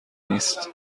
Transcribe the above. نیست